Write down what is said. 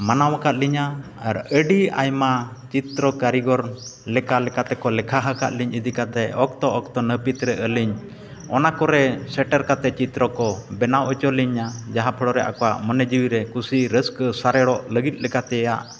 ᱢᱟᱱᱟᱣ ᱟᱠᱟᱫ ᱞᱤᱧᱟ ᱟᱨ ᱟᱹᱰᱤ ᱟᱭᱢᱟ ᱪᱤᱛᱨᱚ ᱠᱟᱹᱨᱤᱜᱚᱨ ᱞᱮᱠᱷᱟ ᱞᱮᱠᱷᱟ ᱛᱮᱠᱚ ᱞᱮᱠᱷᱟ ᱟᱠᱟᱫ ᱞᱤᱧ ᱤᱫᱤ ᱠᱟᱛᱮᱫ ᱚᱠᱛᱚ ᱱᱟᱹᱯᱤᱛ ᱨᱮ ᱟᱹᱞᱤᱧ ᱚᱱᱟ ᱠᱚᱨᱮᱜ ᱥᱮᱴᱮᱨ ᱠᱟᱛᱮᱫ ᱪᱤᱛᱨᱚ ᱠᱚ ᱵᱮᱱᱟᱣ ᱦᱚᱪᱚ ᱞᱤᱧᱟ ᱡᱟᱦᱟᱸ ᱯᱳᱲᱳ ᱨᱮ ᱟᱠᱚᱣᱟᱜ ᱢᱚᱱᱮ ᱡᱤᱣᱤ ᱨᱮ ᱠᱩᱥᱤ ᱨᱟᱹᱥᱠᱟᱹ ᱥᱟᱨᱮᱲᱚᱜ ᱞᱟᱹᱜᱤᱫ ᱞᱮᱠᱟ ᱛᱮᱭᱟᱜ